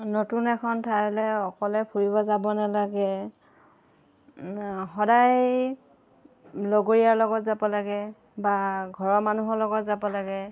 নতুন এখন ঠাইলৈ অকলে ফুৰিব যাব নালাগে সদায় লগৰীয়াৰ লগত যাব লাগে বা ঘৰৰ মানুহৰ লগত যাব লাগে